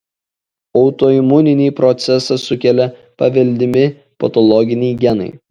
autoimuninį procesą sukelia paveldimi patologiniai genai